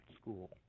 school